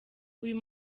uyu